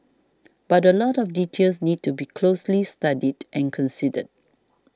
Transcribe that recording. but a lot of details need to be closely studied and considered